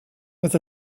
with